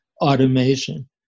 automation